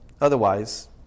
otherwise